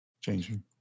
changing